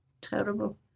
Terrible